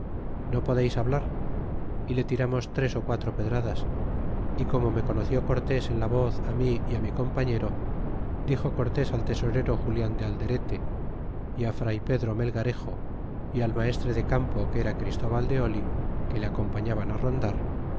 no podeis hablar y le tirarnos tres ó quatro pedradas y como me conoció cortés en la voz á mi y mi compañero dixo cortés al tesorero julian de alderete y á fr pedro melgarejo y al maestre de campo que era chistúbal de oh que le acompañaban rondar